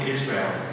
Israel